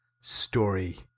story